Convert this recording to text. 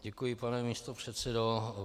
Děkuji, pane místopředsedo.